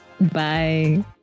Bye